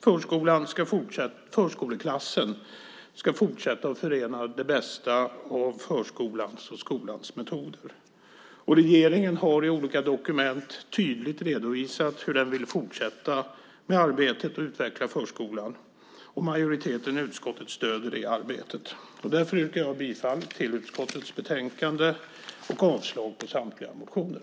Förskoleklassen ska fortsätta att förena det bästa av förskolans och skolans metoder. Regeringen har i olika dokument tydligt redovisat hur den vill fortsätta med arbetet att utveckla förskolan. Majoriteten i utskottet stöder det arbetet. Därför yrkar jag bifall till förslaget i utskottets betänkande och avslag på samtliga motioner.